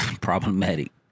problematic